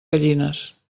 gallines